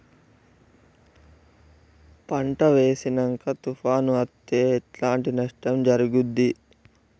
పంట వేసినంక తుఫాను అత్తే ఎట్లాంటి నష్టం జరుగుద్ది?